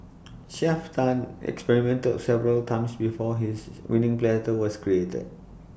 Chef Tan experimented several times before his winning platter was created